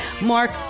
Mark